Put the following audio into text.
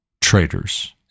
traitors